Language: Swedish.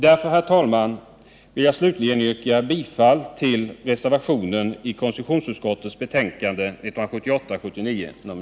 Därför, herr talman, yrkar jag bifall till reservationen vid konstitutionsutskottets betänkande.